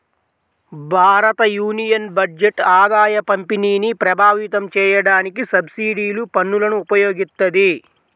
భారతయూనియన్ బడ్జెట్ ఆదాయపంపిణీని ప్రభావితం చేయడానికి సబ్సిడీలు, పన్నులను ఉపయోగిత్తది